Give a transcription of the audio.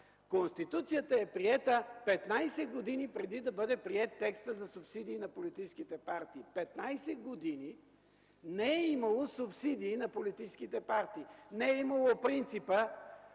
Конституцията е приета 15 години преди да бъде приет текстът за субсидии на политическите партии. Петнадесет години не е имало субсидии на политическите партии, не е имало принципа